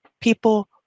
people